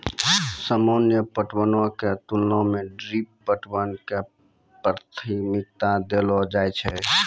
सामान्य पटवनो के तुलना मे ड्रिप पटवन के प्राथमिकता देलो जाय छै